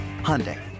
Hyundai